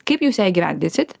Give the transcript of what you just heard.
kaip jūs ją įgyvendinsit